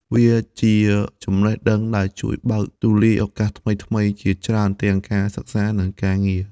វាជាចំណេះដឹងដែលជួយបើកទូលាយឱកាសថ្មីៗជាច្រើនទាំងការសិក្សា និងការងារ។